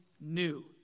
new